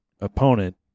opponent